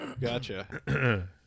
Gotcha